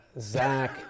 Zach